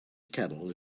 kettle